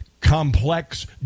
complex